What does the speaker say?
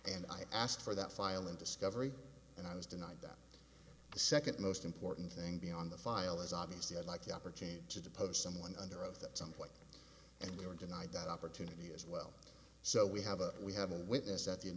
and i asked for that file and discovery and i was denied that the second most important thing beyond the file is obviously i'd like the opportunity to depose someone under oath at some point and we were denied that opportunity as well so we have a we have a witness that